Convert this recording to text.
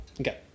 Okay